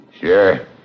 Sure